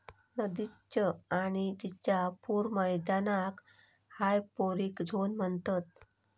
नदीच्य आणि तिच्या पूर मैदानाक हायपोरिक झोन म्हणतत